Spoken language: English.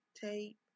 tape